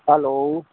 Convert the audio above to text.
hello